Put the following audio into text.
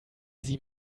sie